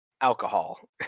alcohol